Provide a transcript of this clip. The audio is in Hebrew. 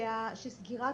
שסגירת